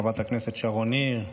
חברת הכנסת שרון ניר,